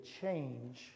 change